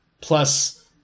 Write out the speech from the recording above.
plus